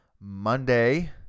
Monday